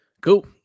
Cool